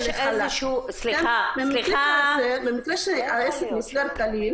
במקרה שהעסק נסגר כליל,